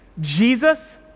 Jesus